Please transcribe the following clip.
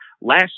last